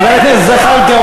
חבר הכנסת זחאלקה,